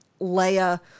Leia